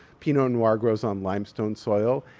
pinot noir grows on limestone soil.